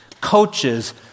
coaches